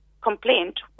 complaint